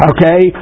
Okay